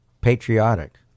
patriotic